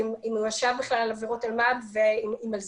אם הוא ישב בכלל על עבירות אלמ"ב ואם על